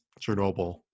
Chernobyl